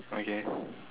okay